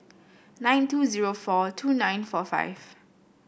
nine two zero four two nine four five